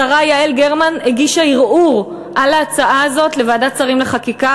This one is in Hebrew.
השרה יעל גרמן הגישה ערעור על ההצעה הזאת לוועדת שרים חקיקה,